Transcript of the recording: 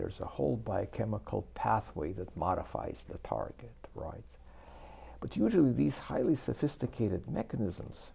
there's a whole by chemical pathway that modifies the target right but usually these highly sophisticated mechanisms